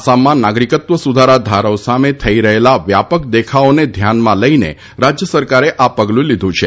આસામમાં નાગરિકત્વ સુધારા ધારો સામે થઇ રહેલા વ્યાપક દેખાવોને ધ્યાનમાં લઇને રાજ્યસરકારે આ પગલું લીધું છે